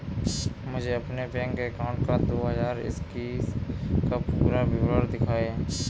मुझे अपने bank account का दो हज़ार इक्कीस का पूरा विवरण दिखाएँ?